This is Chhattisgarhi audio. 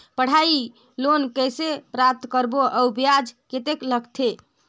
पढ़ाई लोन कइसे प्राप्त करबो अउ ब्याज कतेक लगथे?